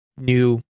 new